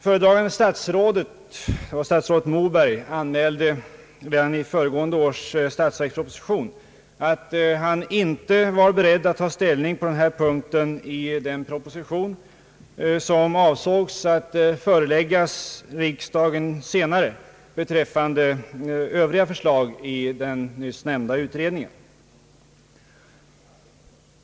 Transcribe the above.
Föredragande statsrådet — statsrådet Moberg — anmälde redan i föregående års statsverksproposition, att han inte var beredd att ta ställning till denna punkt i den proposition som av sågs att föreläggas riksdagen senare beträffande övriga förslag i den nyssnämnda utredningen.